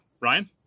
Ryan